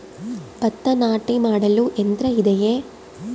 ಭತ್ತ ನಾಟಿ ಮಾಡಲು ಯಂತ್ರ ಇದೆಯೇ?